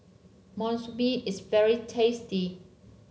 Monsunabe is very tasty